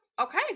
Okay